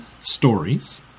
stories